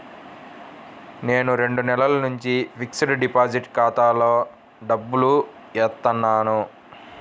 నేను రెండు నెలల నుంచి ఫిక్స్డ్ డిపాజిట్ ఖాతాలో డబ్బులు ఏత్తన్నాను